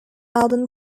album